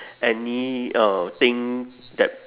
any uh thing that